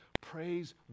praise